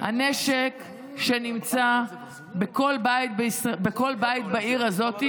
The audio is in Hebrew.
הנשק שנמצא בכל בית בעיר הזאת,